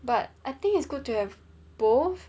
but I think it's good to have both